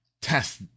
test